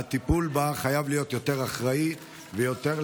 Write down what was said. והטיפול בה חייב להיות יותר אחראי ויותר,